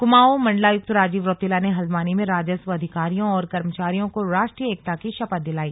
कमाऊं मण्डलायुक्त राजीव रौतेला ने हल्द्वानी में राजस्व अधिकारियों और कर्मचारियों को राष्ट्रीय एकता की शपथ दिलाई